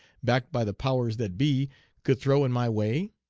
backed by the powers that be could throw in my way?